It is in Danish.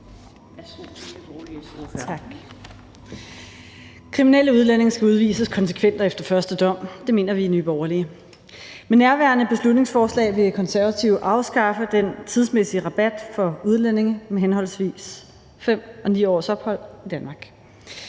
Kriminelle udlændinge skal udvises konsekvent og efter første dom. Det mener vi i Nye Borgerlige. Med nærværende beslutningsforslag vil De Konservative afskaffe den tidsmæssige rabat for udlændinge med henholdsvis 5 og 9 års ophold i Danmark.